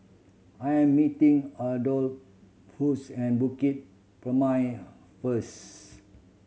I am meeting Adolphus and Bukit Purmei first